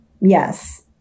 Yes